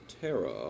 Terra